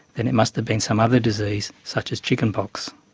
then it must have been some other disease such as chickenpox.